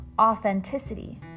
authenticity